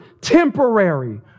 temporary